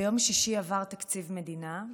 ביום שישי עבר תקציב מדינה,